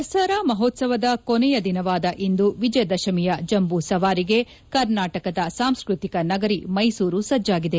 ದಸರಾ ಮಹೋತ್ಸವ ಕೊನೆಯ ದಿನವಾದ ಇಂದು ವಿಜಯದಶಮಿಯ ಜಂಬೂಸವಾರಿಗೆ ಕರ್ನಾಟಕದ ಸಾಂಸ್ಕೃತಿಕ ನಗರಿ ಮೈಸೂರು ಸಜ್ಜಾಗಿದೆ